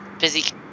Busy